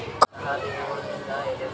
ಕರಿಮಣ್ಣು ಉಪಜಾವು ಅದ ಅಂತ ಹೇಂಗ ಕಂಡುಹಿಡಿಬೇಕು?